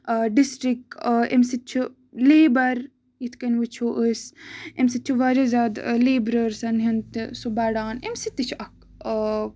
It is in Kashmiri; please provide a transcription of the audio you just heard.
ڈِسٹرک اَمہِ سۭتۍ چھُ لیبر یِتھ کٔنۍ وٕچھو أسۍ اَمہِ سۭتۍ چھُ واریاہ زیادٕ لیبرٲرٕسن ہُند تہِ سُہ بَڑان اَمہِ سۭتۍ تہِ چھُ سُہ اکھ